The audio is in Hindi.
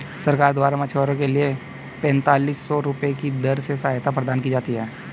सरकार द्वारा मछुआरों के लिए पेंतालिस सौ रुपये की दर से सहायता प्रदान की जाती है